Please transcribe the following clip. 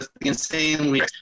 insanely